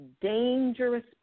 dangerous